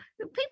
people